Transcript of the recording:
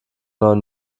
neuen